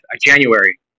January